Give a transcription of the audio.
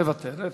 מוותרת,